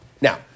Now